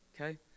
okay